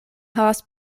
havas